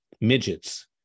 midgets